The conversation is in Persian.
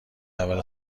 اول